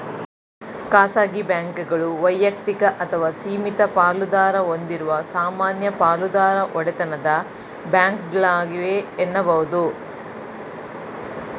ಖಾಸಗಿ ಬ್ಯಾಂಕ್ಗಳು ವೈಯಕ್ತಿಕ ಅಥವಾ ಸೀಮಿತ ಪಾಲುದಾರ ಹೊಂದಿರುವ ಸಾಮಾನ್ಯ ಪಾಲುದಾರ ಒಡೆತನದ ಬ್ಯಾಂಕ್ಗಳಾಗಿವೆ ಎನ್ನುಬಹುದು